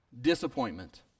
Disappointment